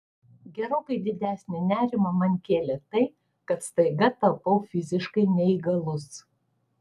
gerokai didesnį nerimą man kėlė tai kad staiga tapau fiziškai neįgalus